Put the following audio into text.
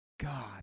God